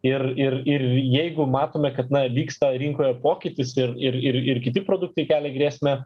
ir ir ir jeigu matome kad na vyksta rinkoje pokytis ir ir ir ir kiti produktai kelia grėsmę